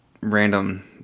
random